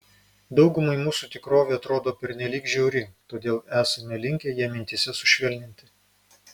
daugumai mūsų tikrovė atrodo pernelyg žiauri todėl esame linkę ją mintyse sušvelninti